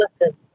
listen